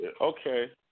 okay